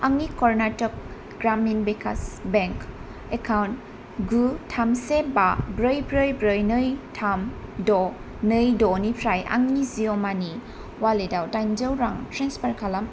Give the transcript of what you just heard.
आंनि Karnataka Gramin Vikas bank account गु थाम से बा ब्रै ब्रै ब्रै नै थाम द' नै द'निफ्राय आंनि जिय' मानि वालेटाव दाइनजौ रां ट्रेन्सफार खालाम